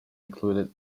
included